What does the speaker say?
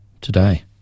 today